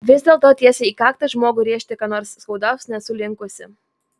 vis dėlto tiesiai į kaktą žmogui rėžti ką nors skaudaus nesu linkusi